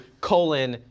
colon